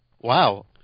wow